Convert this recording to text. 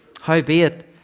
Howbeit